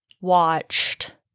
watched